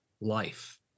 life